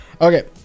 Okay